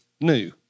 new